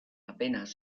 apenas